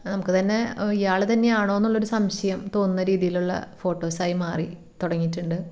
നമുക്ക് തന്നെ ഇയാൾ തന്നെ ആണോ എന്നുള്ളൊരു സംശയം തോന്നുന്ന രീതിയിലുള്ള ഫോട്ടോസ് ആയി മാറി തുടങ്ങിയിട്ടുണ്ട്